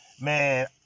man